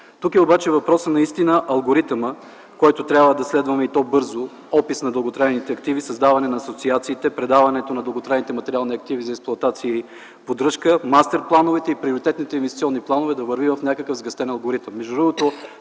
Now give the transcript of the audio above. Тук е обаче въпросът, наистина алгоритъмът, който трябва да следваме, и то бързо: опис на дълготрайните активи, създаване на асоциациите, предаването на дълготрайните материални активи за експлоатация и поддръжка, мастер-плановете и приоритетните инвестиционни планове да вървят в някакъв сгъстен алгоритъм.